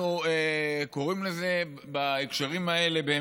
אנחנו קוראים לזה בהקשרים האלה של